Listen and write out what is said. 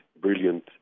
brilliant